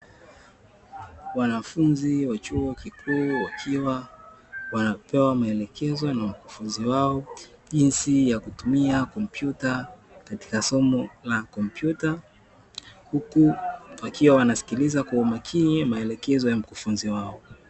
Wanafunzi wa chuo kikuu wakiwa wanapewa maelekezo na mkufunzi wao, jinsi ya kutumia kompyuta katika somo la kompyuta, huku wakiwa wanasikiliza kwa umakini maelekezo ya mkufunzi wao.